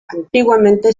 antiguamente